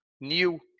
new